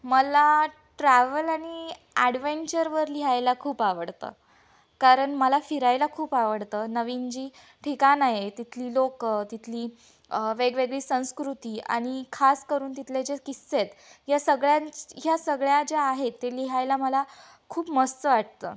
मला ट्रॅव्हल आणि ॲडवेंचरवर लिहायला खूप आवडतं कारण मला फिरायला खूप आवडतं नवीन जी ठिकाणं आहे तिथली लोक तिथली वेगवेगळी संस्कृती आणि खासकरून तिथले जे किस्से आहेत या सगळ्यांच् ह्या सगळ्या ज्या आहेत ते लिहायला मला खूप मस्त वाटतं